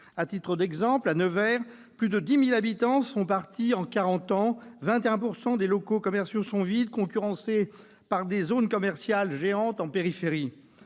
À titre d'exemple, à Nevers, plus de 10 000 habitants sont partis en quarante ans, et 21 % des locaux commerciaux sont vides, concurrencés par des zones commerciales géantes en périphérie.